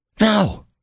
No